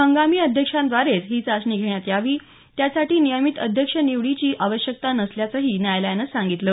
हंगामी अध्यक्षांद्वारेच ही चाचणी घेण्यात यावी त्यासाठी नियमित अध्यक्ष निवडीची आवश्यकता नसल्याचंही न्यायालयानं सांगितलं